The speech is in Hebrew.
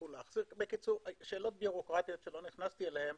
בקיצור, שאלות בירוקרטיות שלא נכנסתי אליהן,